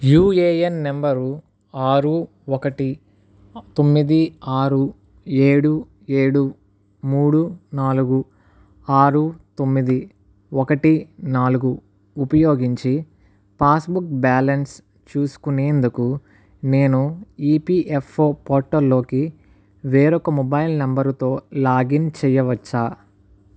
UAN number ఆరు ఒకటి తొమ్మిది ఆరు ఏడు ఏడు మూడు నాలుగు ఆరు తొమ్మిది ఒకటి నాలుగు ఉపియోగించి పాస్బుక్ బ్యాలన్స్ చూసుకునేందుకు నేను ఈపిఎఫ్ఓ పోర్టల్లోకి వేరొక మొబైల్ నంబర్తో లాగిన్ చెయ్యవచ్చా